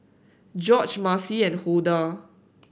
Gorge Marci and Hulda